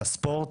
לספורט